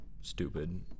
stupid